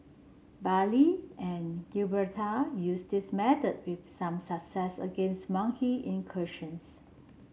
Bali and Gibraltar used this method with some success against monkey incursions